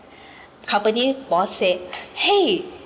company boss said !hey!